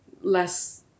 less